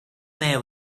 there